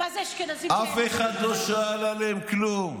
אף אחד לא שאל עליהם כלום.